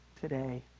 today